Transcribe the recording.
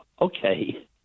okay